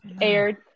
aired